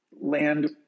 land